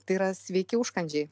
tai yra sveiki užkandžiai